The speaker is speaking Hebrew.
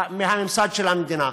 מהממסד של המדינה?